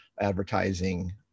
advertising